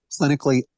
clinically